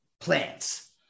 plants